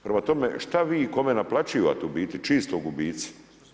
Prema tome, šta vi, kome naplaćivate u biti čiji su to gubici.